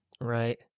Right